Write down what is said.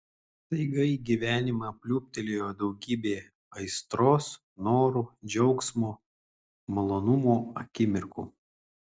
staiga į gyvenimą pliūptelėjo daugybė aistros norų džiaugsmo malonumo akimirkų